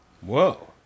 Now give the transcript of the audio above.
Whoa